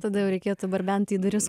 tada jau reikėtų barbenti į duris